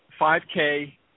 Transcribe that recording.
5K